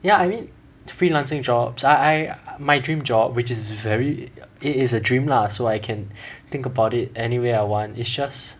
ya I mean freelancing jobs I I my dream job which is very it is a dream lah so I can think about it anyway I want is just